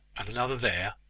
and another there,